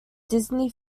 disney